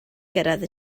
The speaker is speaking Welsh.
gyrraedd